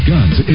Guns